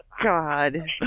God